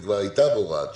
היא כבר הייתה בהוראת שעה,